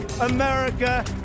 America